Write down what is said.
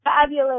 fabulous